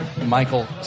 Michael